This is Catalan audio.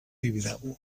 tibidabo